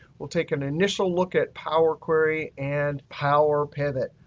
we'll take an initial look at power query and power pivot.